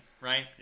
right